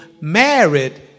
married